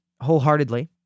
wholeheartedly